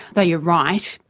though you're right,